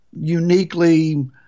uniquely